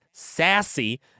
Sassy